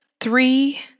three